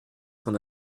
qu’en